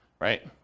right